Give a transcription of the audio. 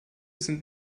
sind